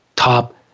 top